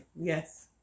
Yes